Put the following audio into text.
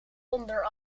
onder